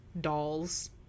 dolls